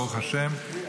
ברוך השם,